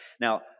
Now